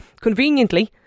Conveniently